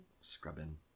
scrubbing